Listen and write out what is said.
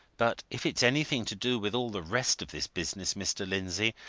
but if it's anything to do with all the rest of this business, mr. lindsey,